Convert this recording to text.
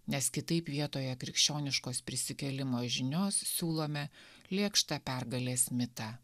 nes kitaip vietoje krikščioniškos prisikėlimo žinios siūlome lėkštą pergalės mitą